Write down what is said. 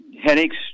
headaches